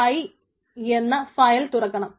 pi എന്ന file തുറക്കണം